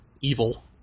evil